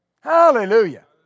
Hallelujah